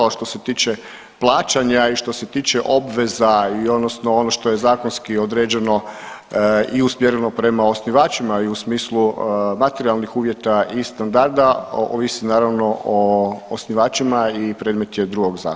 Ali što se tiče plaćanja i što se tiče obveza i odnosno ono što je zakonski određeno i usmjereno prema osnivačima i u smislu materijalnih uvjeta i standarda ovisi naravno o osnivačima i predmet je drugog zakona.